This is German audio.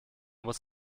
muss